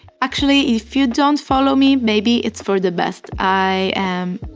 actually if you don't follow me, maybe it's for the best. i am,